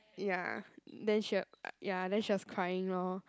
ya then she eh ya she was crying lor